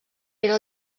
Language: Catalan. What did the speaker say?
era